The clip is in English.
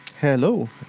Hello